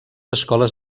escoles